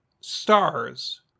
STARS